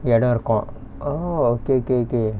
இடம் இருக்கு:idam irukku oh okay okay okay